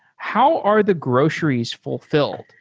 how are the groceries fulfilled?